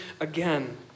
again